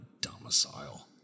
domicile